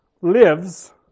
lives